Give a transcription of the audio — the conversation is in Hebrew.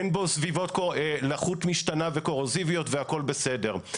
אין בו סביבות לחות משתנה וקורוזיביות והכל בסדר.